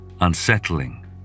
unsettling